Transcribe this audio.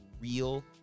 real